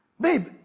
babe